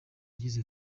yagize